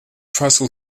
fácil